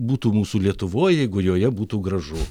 būtų mūsų lietuvoje jeigu joje būtų gražu